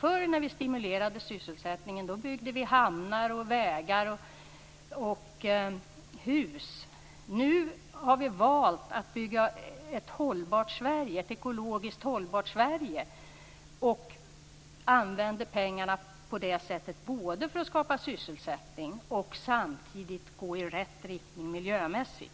Förr om åren lät vi bygga hamnar, vägar och hus för att stimulera sysselsättningen. Nu har vi valt att bygga ett ekologiskt hållbart Sverige. Pengarna används både för att skapa sysselsättning och samtidigt gå i rätt riktning miljömässigt.